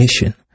mission